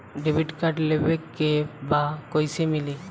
Debit card लेवे के बा कईसे मिली?